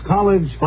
College